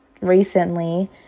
recently